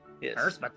Yes